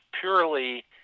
purely